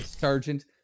sergeant